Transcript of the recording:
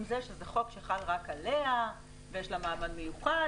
זה שזה חוק שחל רק עליה ויש לה מעמד מיוחד.